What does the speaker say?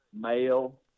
male